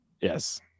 yes